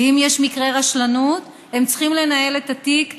אם יש מקרה רשלנות, הם צריכים לנהל את התיק בשקט,